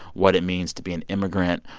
what it means to be an immigrant,